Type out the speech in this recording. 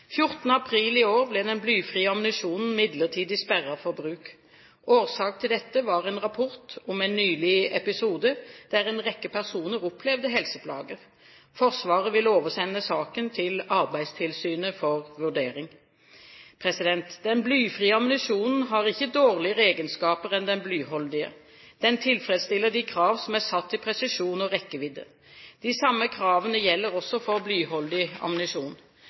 april i år ble den blyfrie ammunisjonen midlertidig sperret for bruk. Årsaken til dette var en rapport om en nylig episode, der en rekke personer opplevde helseplager. Forsvaret vil oversende saken til Arbeidstilsynet for vurdering. Den blyfrie ammunisjonen har ikke dårligere egenskaper enn den blyholdige. Den tilfredsstiller de krav som er satt til presisjon og rekkevidde. De samme kravene gjelder også for blyholdig ammunisjon.